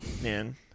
man